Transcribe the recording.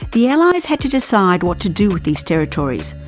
the allies had to decide what to do with these territories,